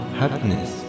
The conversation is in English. happiness